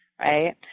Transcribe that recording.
right